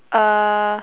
uh